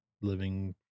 living